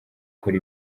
kora